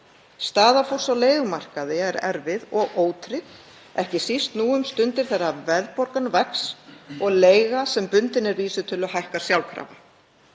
Staða fólks á leigumarkaði er erfið og ótryggð, ekki síst nú um stundir þegar verðbólgan vex og leiga sem bundin er vísitölu hækkar sjálfkrafa.